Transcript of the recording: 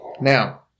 Now